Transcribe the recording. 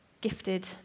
gifted